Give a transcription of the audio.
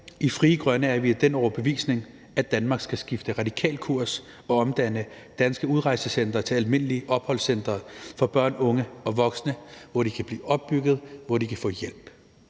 I Frie Grønne er vi af den overbevisning, at Danmark skal skiftekurs radikalt og omdanne danske udrejsecentre til almindelige opholdscentre for børn, unge og voksne, hvor de kan blive opbygget, og hvor